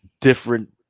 different